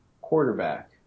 quarterback